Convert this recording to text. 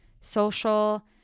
social